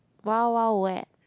Wild-Wild-Wet